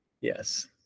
Yes